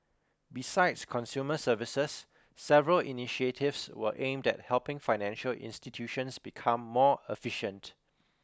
besides consumer services several initiatives were aimed at helping financial institutions become more efficient